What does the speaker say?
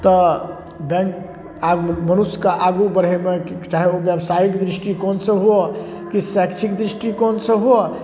तऽ बैँक आब मनुष्यके आगू बढ़ैमे चाहे ओ बेवसाइक दृष्टिकोणसँ हुअए कि शैक्षिक दृष्टिकोणसँ हुअए